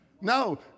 No